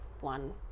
one